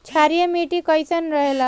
क्षारीय मिट्टी कईसन रहेला?